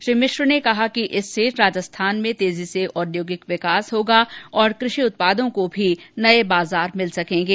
श्री मिश्र ने कहा कि इससे राजस्थान में तेजी से औद्योगिक विकास होगा और कृषि उत्पादों को भी नए बाजार मिल सकेंगे